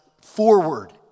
forward